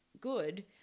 good